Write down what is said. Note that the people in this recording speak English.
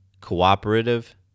cooperative